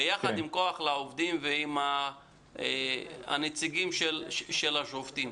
ביחד עם כוח לעובדים ועם הנציגים של השובתים,